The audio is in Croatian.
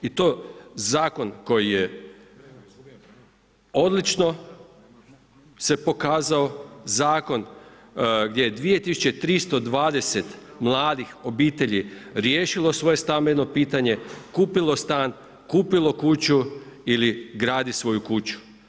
I to je zakon koji je odlično se pokazao, zakon gdje 2320 mladih obitelji riješilo svoje stambeno pitanje, kupilo stan, kupilo kuću ili gradi svoju kuću.